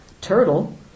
turtle